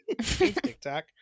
TikTok